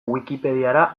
wikipediara